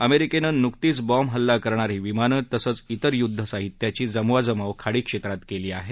अमेरिकेनं नुकतीच बॉम्ब हल्ला करणारी विमानं तसचं इतर युध्दसाहित्याची जमवाजमव खाडी क्षेत्रात केली आहे